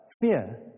fear